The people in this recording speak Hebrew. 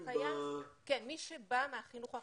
מי שבא מהחינוך החרדי,